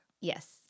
Yes